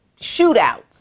shootouts